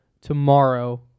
tomorrow